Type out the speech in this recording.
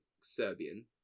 Serbian